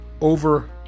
over